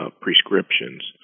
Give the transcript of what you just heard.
prescriptions